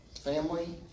family